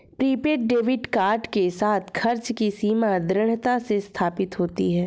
prepaid debit card के साथ, खर्च की सीमा दृढ़ता से स्थापित होती है